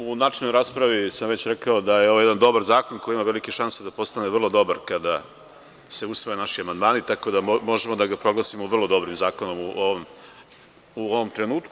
U načelnoj raspravi sam rekao da je ovo jedan dobar zakon koji ima velike šanse da postane vrlo dobar kada se usvoje naši amandmani, tako da možemo da ga proglasimo vrlo dobrim zakonom u ovom trenutku.